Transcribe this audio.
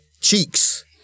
cheeks